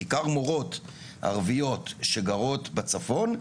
בעיקר מורות ערביות שגרות בצפון,